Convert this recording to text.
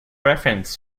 reference